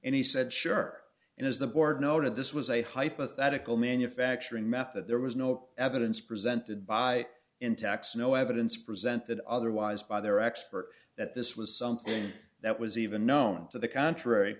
and he said sure and as the board noted this was a hypothetical manufacturing method there was no evidence presented by in tax no evidence presented otherwise by their expert that this was something that was even known to the contrary